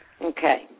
Okay